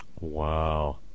Wow